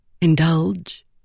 Indulge